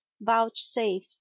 vouchsafe